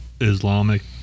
Islamic